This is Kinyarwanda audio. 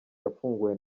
yafunguwe